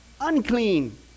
unclean